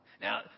Now